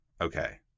okay